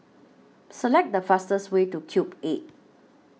Select The fastest Way to Cube eight